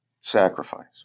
sacrifice